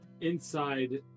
inside